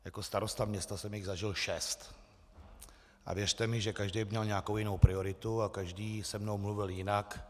Jako starosta města jsem jich zažil šest a věřte mi, že každý měl nějakou jinou prioritu a každý se mnou mluvil jinak.